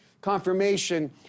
Confirmation